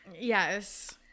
yes